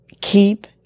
Keep